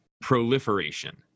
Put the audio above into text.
proliferation